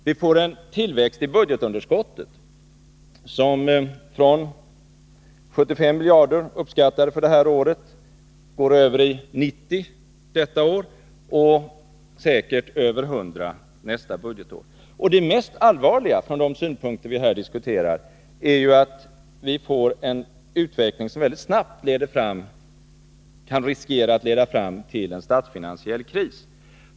Vi får en tillväxt i budgetundersvenska devalveskottet, som från uppskattade 75 miljarder går över till 90 miljarder detta år ringen och säkert över 100 nästa budgetår. Och det mest allvarliga, utifrån de synpunkter vi här diskuterar, är att vi riskerar att få en utveckling som mycket snabbt kan leda fram till en statsfinansiell kris.